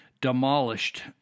demolished